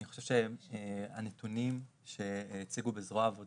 אני חושב שאין הסכמה לגבי הנתונים שהציגו בזרוע העבודה.